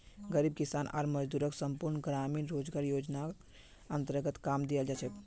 गरीब किसान आर मजदूरक संपूर्ण ग्रामीण रोजगार योजनार अन्तर्गत काम दियाल जा छेक